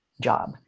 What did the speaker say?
job